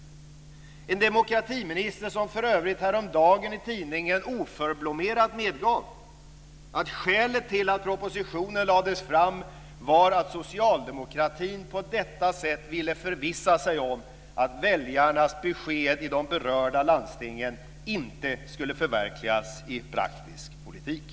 Det är en demokratiminister som för övrigt häromdagen i tidningen oförblommerat medgav att skälet till att propositionen lades fram var att socialdemokraterna på detta sätt ville förvissa sig om att väljarnas besked i de berörda landstingen inte skulle förverkligas i praktisk politik.